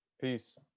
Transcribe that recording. Peace